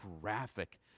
graphic